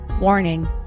Warning